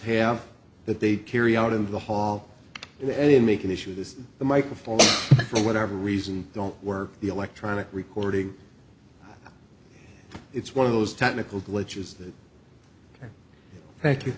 have that they'd carry out in the hall in the end make an issue of this the microphone for whatever reason don't work the electronic recording it's one of those technical glitches that thank you